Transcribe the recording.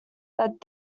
that